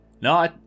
No